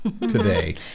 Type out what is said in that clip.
today